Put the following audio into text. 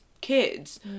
kids